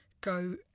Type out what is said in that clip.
go